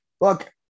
look